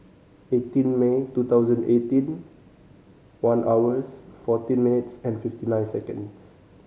eighteen May two thousand eighteen one hours fourteen minutes and fifty nine seconds